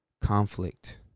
conflict